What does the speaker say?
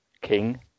King